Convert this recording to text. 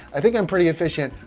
i think i'm pretty efficient.